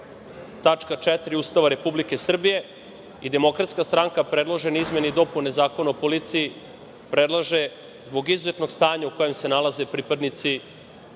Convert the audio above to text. tačka 4) Ustava Republike Srbije i DS predložene izmene i dopune Zakona o policiji predlaže zbog izuzetnog stanja u kojem se nalaze pripadnici